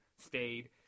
stayed